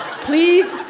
Please